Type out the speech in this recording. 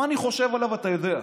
מה אני חושב עליו אתה יודע.